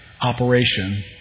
operation